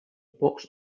box